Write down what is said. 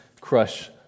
crush